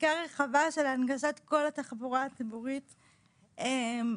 חקיקה רחבה של הנגשת כל התחבורה הציבורית --- לכולם.